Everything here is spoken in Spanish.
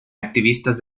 activistas